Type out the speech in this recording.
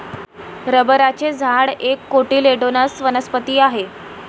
रबराचे झाड एक कोटिलेडोनस वनस्पती आहे